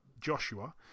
Joshua